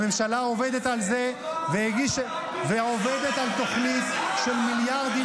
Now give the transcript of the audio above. הממשלה עובדת על זה ------- ועובדת על תוכנית של מיליארדים,